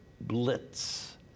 blitz